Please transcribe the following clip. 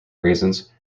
raisins